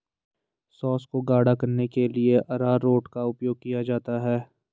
sauce को गाढ़ा करने के लिए अरारोट का उपयोग किया जाता है